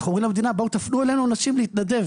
אנחנו פונים למדינה ואומרים להם: ״תפנו אלינו עוד אנשים להתנדב,